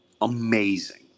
Amazing